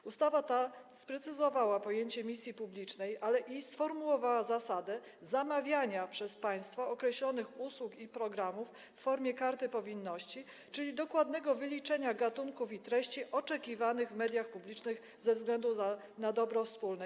W ustawie tej sprecyzowano pojęcie misji publicznej oraz zasadę zamawiania przez państwo określonych usług i programów w formie karty powinności, czyli dokładnego wyliczenia gatunków i treści oczekiwanych w mediach publicznych ze względu na dobro wspólne.